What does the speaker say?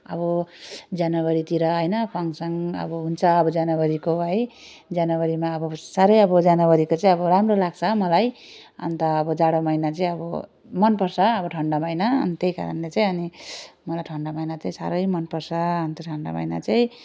अब जनवरीतिर होइन फङसन अब हुन्छ अब जनवरीको है जनवरीमा अब साह्रै अब जनवरीको चाहिँ अब राम्रो लाग्छ मलाई अन्त अब जाडो महिना चाहिँ अब मनपर्छ अब ठन्डा महिना अनि त्यही कारणले चाहिँ अनि मलाई ठन्डा महिना चाहिँ साह्रै मनपर्छ अन्त ठन्डा महिना चाहिँ